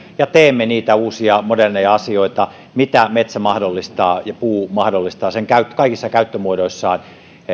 ja teemme niitä uusia moderneja asioita mitä metsä mahdollistaa ja puu mahdollistaa kaikissa käyttömuodoissaan